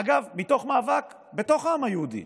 אגב, מתוך מאבק בתוך העם היהודי,